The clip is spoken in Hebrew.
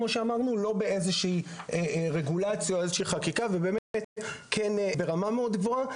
לא באיזושהי רגולציה או חקיקה ברמה מאוד גבוהה.